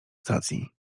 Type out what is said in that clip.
stacji